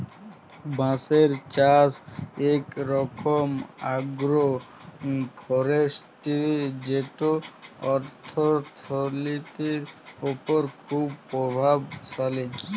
বাঁশের চাষ ইক রকম আগ্রো ফরেস্টিরি যেট অথ্থলিতির উপর খুব পরভাবশালী